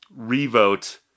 revote